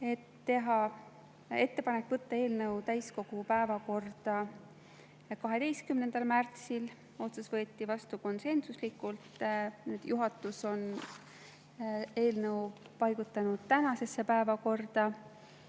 teha ettepanek võtta eelnõu täiskogu päevakorda 12. märtsil – otsus võeti vastu konsensuslikult, juhatus on eelnõu paigutanud tänasesse päevakorda